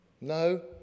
No